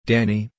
Danny